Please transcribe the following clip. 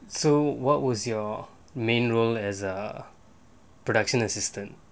so what was your main role as a production assistant